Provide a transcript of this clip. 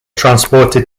transported